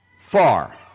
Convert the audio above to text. Far